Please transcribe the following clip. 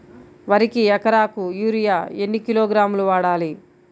వరికి ఎకరాకు యూరియా ఎన్ని కిలోగ్రాములు వాడాలి?